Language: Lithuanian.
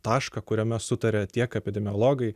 tašką kuriame sutaria tiek epidemiologai